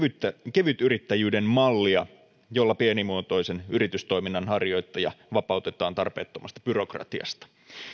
kevytyrittäjyyden mallia jolla pienimuotoisen yritystoiminnan harjoittaja vapautetaan tarpeettomasta byrokratiasta